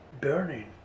burning